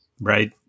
right